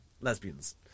lesbians